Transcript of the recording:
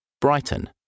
Brighton